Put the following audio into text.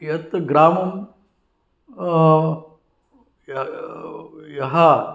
यत् ग्रामं यः